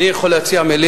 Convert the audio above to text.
מי שבעד,